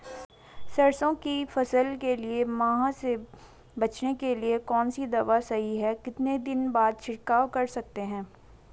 सरसों की फसल के लिए माह से बचने के लिए कौन सी दवा सही है कितने दिन बाद छिड़काव कर सकते हैं?